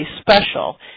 special